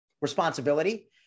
responsibility